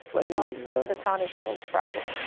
like but punxsutawney phil's problem.